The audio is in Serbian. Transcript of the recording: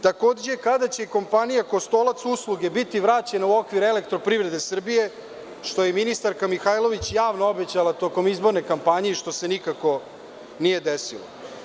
Takođe, kada će kompanija Kostolac-Usluge biti vraćena u okviru EPS-a, što je ministarka Mihajlović javno obećala tokom izborne kampanje i što se nikako nije desilo?